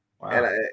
Wow